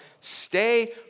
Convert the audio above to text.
stay